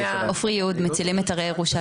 אני עפרי אוד מ"מצילים את הרי ירושלים",